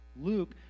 Luke